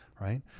right